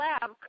lab